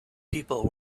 people